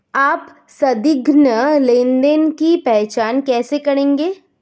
आप संदिग्ध लेनदेन की पहचान कैसे करेंगे?